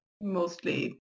mostly